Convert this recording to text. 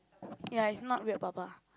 ya it's not beard papas